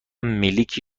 میلک